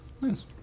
Nice